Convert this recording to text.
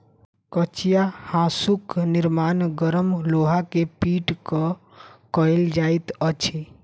कचिया हाँसूक निर्माण गरम लोहा के पीट क कयल जाइत अछि